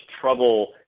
trouble